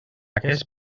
aquest